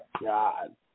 God